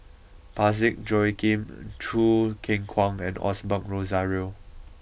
Parsick Joaquim Choo Keng Kwang and Osbert Rozario